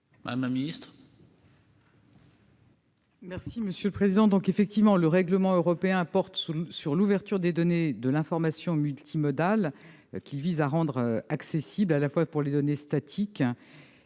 Madame la ministre,